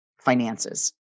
finances